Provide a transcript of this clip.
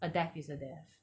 a death is a death